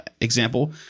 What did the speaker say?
example